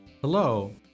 Hello